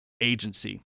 agency